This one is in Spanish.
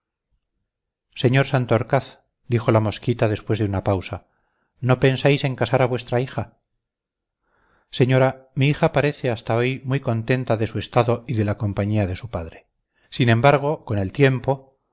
señor santorcaz dijo la mosquita después de una pausa no pensáis en casar a vuestra hija señora mi hija parece hasta hoy muy contenta de su estado y de la compañía de su padre sin embargo con el tiempo